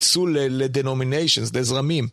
יצאו לדנומיניישנס, לזרמים